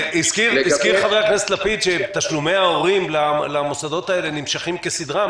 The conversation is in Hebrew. הזכיר חבר הכנסת לפיד שתשלומי ההורים למוסדות האלה נמשכים כסדרם,